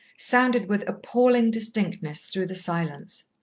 sounded with appalling distinctness through the silence.